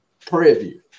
preview